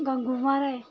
Gangu Maharaj